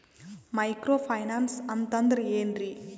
Micro finance ಅಂತಂದ್ರ ಏನ್ರೀ?